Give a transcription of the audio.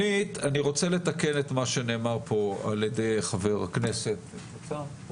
שנית אני רוצה לתקן את מה שנאמר פה על ידי חבר הכנסת פרוש.